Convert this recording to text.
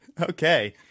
Okay